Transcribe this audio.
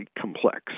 complex